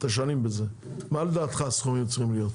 אתה שנים בזה, מה לדעתך הסכומים צריכים להיות?